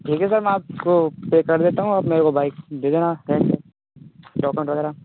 ठीक है सर मैं आपको पे कर देता हूँ आप मेरे को बाइक दे देना रेंट पे डॉक्यूमेंट वगैरह